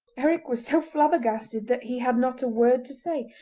eric was so flabbergasted that he had not a word to say,